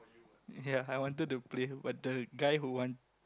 ya I wanted to play but the guy who want